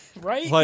Right